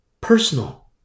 personal